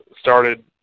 started